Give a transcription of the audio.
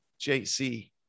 JC